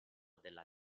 della